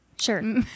Sure